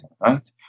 right